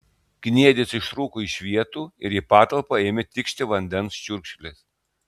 kniedės ištrūko iš vietų ir į patalpą ėmė tikšti vandens čiurkšlės